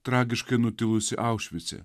tragiškai nutilusi aušvice